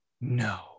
No